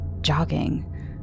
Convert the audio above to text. jogging